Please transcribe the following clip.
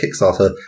Kickstarter